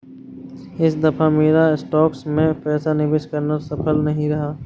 इस दफा मेरा स्टॉक्स में पैसा निवेश करना सफल नहीं रहा